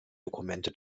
dokumente